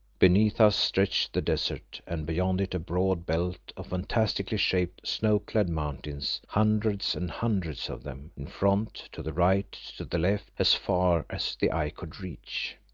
beneath us stretched the desert, and beyond it a broad belt of fantastically shaped, snow-clad mountains, hundreds and hundreds of them in front, to the right, to the left, as far as the eye could reach.